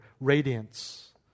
radiance